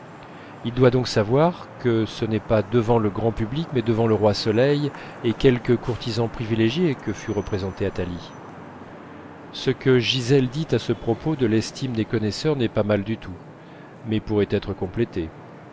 il doit donc savoir que ce n'est pas devant le grand public mais devant le roi soleil et quelques courtisans privilégiés que fut représentée athalie ce que gisèle a dit à ce propos de l'estime des connaisseurs n'est pas mal du tout mais pourrait être complété